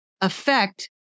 affect